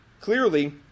Clearly